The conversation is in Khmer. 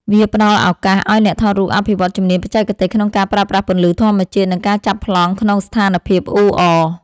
វាផ្ដល់ឱកាសឱ្យអ្នកថតរូបអភិវឌ្ឍជំនាញបច្ចេកទេស ក្នុងការប្រើប្រាស់ពន្លឺធម្មជាតិ និងការចាប់ប្លង់ក្នុងស្ថានភាពអ៊ូអរ។